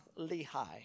Lehi